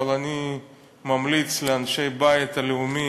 אבל אני ממליץ לאנשי הבית היהודי,